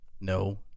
No